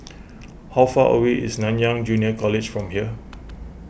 how far away is Nanyang Junior College from here